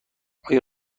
آیا